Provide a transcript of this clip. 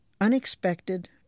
unexpected